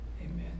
amen